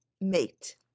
mate